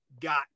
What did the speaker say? got